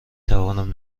توانم